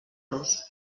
los